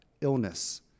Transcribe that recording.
illness